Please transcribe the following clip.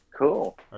cool